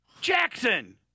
Jackson